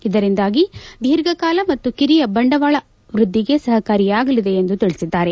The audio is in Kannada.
ಇದರಿಂದಾಗಿ ಧೀಘಕಾಲ ಮತ್ತು ಕಿರಿಯ ಬಂಡವಾಳ ವೃದ್ಧಿಗೆ ಸಹಕಾರಿಯಾಗಲಿದೆ ಎಂದು ತಿಳಿಸಿದ್ದಾರೆ